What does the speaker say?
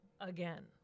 again